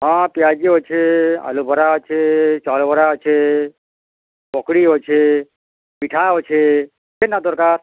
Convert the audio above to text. ହଁ ପିଆଜି ଅଛେ ଆଲୁ ବରା ଅଛେ ଚାଉଳ୍ ବରା ଅଛେ ପକୁଡ଼ି ଅଛେ ମିଠା ଅଛେ କେନ୍ଟା ଦରକାର୍